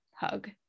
hug